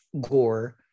gore